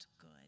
good